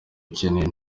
kinini